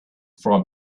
from